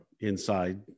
inside